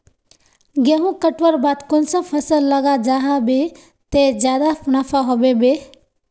गेंहू कटवार बाद कुंसम फसल लगा जाहा बे ते ज्यादा मुनाफा होबे बे?